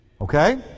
okay